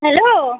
hello